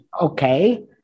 okay